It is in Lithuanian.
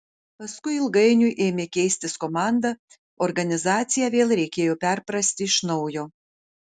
paskui ilgainiui ėmė keistis komanda organizaciją vėl reikėjo perprasti iš naujo